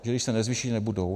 Že když se nezvýší, nebudou.